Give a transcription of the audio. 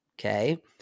Okay